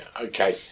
okay